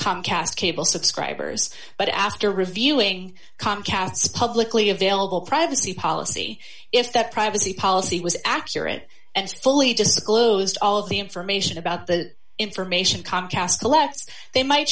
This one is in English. comcast cable subscribers but after reviewing comcast spud likely available privacy policy if that privacy policy was accurate and fully disclosed all of the information about the information comcast collects they might